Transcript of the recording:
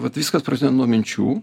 vat viskas prasideda nuo minčių